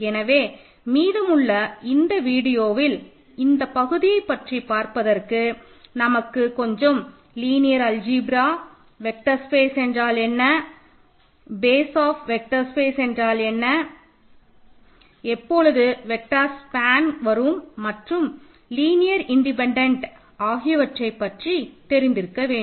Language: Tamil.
எனவே மீதமுள்ள இந்த வீடியோவில் இந்த பகுதியை பற்றி பார்ப்பதற்கு நமக்கு கொஞ்சம் லீனியர் அல்ஜிப்ரா வெக்டர் ஸ்பேஸ் என்றால் என்ன பேஸ் ஆப் வெக்டர் ஸ்பேஸ் என்றால் என்ன எப்பொழுது வெக்டர்ஸ் ஸ்பேன் வரும் மற்றும் லீனியர் இன்டிபென்டன்ட் ஆகியவை பற்றி தெரிந்திருக்க வேண்டும்